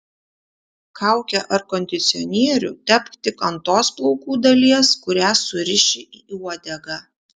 kaukę ar kondicionierių tepk tik ant tos plaukų dalies kurią suriši į uodegą